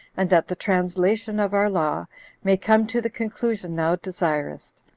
and that the translation of our law may come to the conclusion thou desirest,